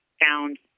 found